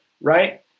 right